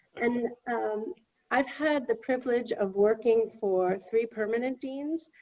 and um i've had the privilege of working for three permanent deans,